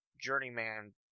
Journeyman